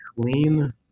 clean